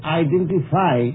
identify